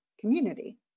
community